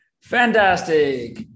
Fantastic